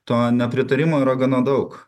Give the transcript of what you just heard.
to nepritarimo yra gana daug